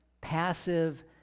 passive